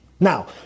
Now